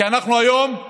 כי היום אנחנו